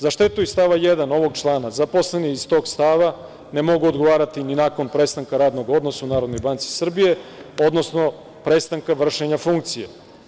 Za štetu iz stava 1. ovog člana, zaposleni iz tog stava ne mogu odgovarati ni nakon prestanka radnog odnosa u NBS, odnosno prestanka vršenja funkcije.